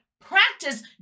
Practice